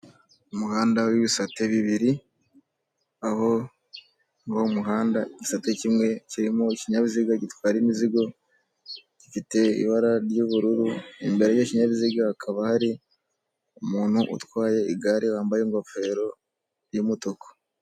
Umuhanda w'ibisate bibiri, aho muri uwo muhanda igisate kimwe kirimo ikinyabiziga gitwara imizigo gifite ibara ry'ubururu imbere y'ikinyabiziga hakaba hari umuntu utwaye igare wambaye ingofero yumutuku.